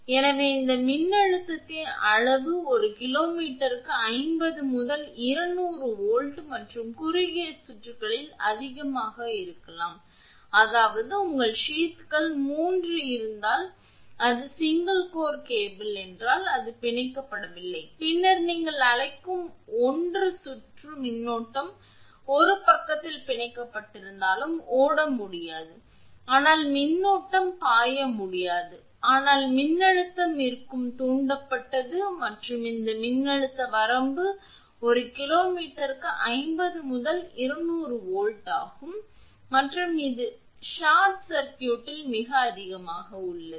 எனவே இந்த மின்னழுத்தத்தின் அளவு ஒரு கிலோமீட்டருக்கு 50 முதல் 200 வோல்ட் மற்றும் குறுகிய சுற்றுகளில் அதிகமாக இருக்கலாம் அதாவது உங்கள் சீத்கள் 3 இருந்தால் அது சிங்கள் கோர் கேபிள் என்றால் அது பிணைக்கப்படவில்லை பின்னர் நீங்கள் அழைக்கும் ஒன்று சுற்றும் மின்னோட்டம் ஒரு பக்கத்தில் பிணைக்கப்பட்டிருந்தாலும் ஓட முடியாது ஆனால் மின்னோட்டம் பாய முடியாது ஆனால் மின்னழுத்தம் இருக்கும் தூண்டப்பட்டது மற்றும் இந்த மின்னழுத்த வரம்பு ஒரு கிலோ மீட்டருக்கு 50 முதல் 200 வோல்ட் ஆகும் மற்றும் இது ஷார்ட் சர்க்யூட்டில் மிகவும் அதிகமாக உள்ளது